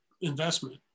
investment